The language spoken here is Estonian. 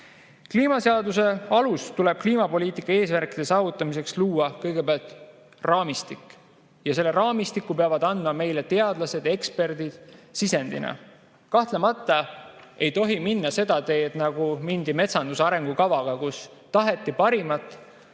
alusena tuleb kliimapoliitika eesmärkide saavutamiseks luua kõigepealt raamistik. Selle raamistiku peavad andma meile teadlased ja eksperdid sisendina. Kahtlemata ei tohi minna seda teed, nagu mindi metsanduse arengukavaga, kus taheti parimat,